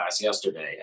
yesterday